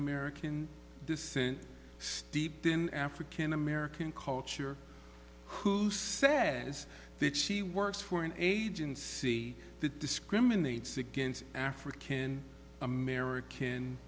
american descent steeped in african american culture who says that she works for an agency that discriminates against african